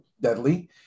deadly